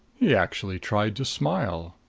he actually tried to smile.